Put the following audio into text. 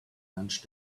lunch